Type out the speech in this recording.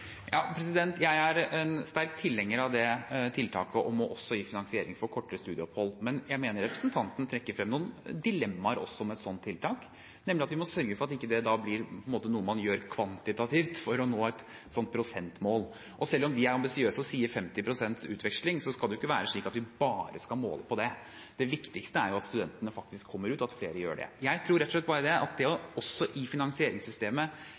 Jeg er en sterk tilhenger av det tiltaket, å gi finansiering også for kortere studieopphold, men jeg mener representanten trekker frem noen dilemmaer også ved et slikt tiltak, nemlig at vi må sørge for at det da ikke blir noe man gjør kvantitativt for å nå et slikt prosentmål. Selv om vi er ambisiøse og sier 50 pst. utveksling, skal det ikke være slik at vi bare skal måle på det. Det viktigste er at studentene faktisk kommer seg ut, og at flere gjør det. Jeg tror rett og slett at det å også i finansieringssystemet